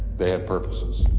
they had purposes?